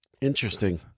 interesting